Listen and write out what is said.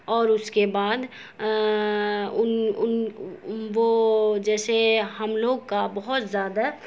اور اس کے بعد ان ان وہ جیسے ہم لوگ کا بہت زیادہ